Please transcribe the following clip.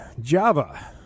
Java